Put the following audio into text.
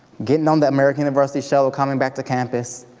getting on the american university shuttle, coming back to campus,